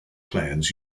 plans